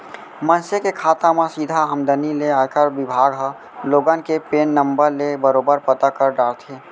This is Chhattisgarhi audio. मनसे के खाता म सीधा आमदनी ले आयकर बिभाग ह लोगन के पेन नंबर ले बरोबर पता कर डारथे